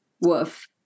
woof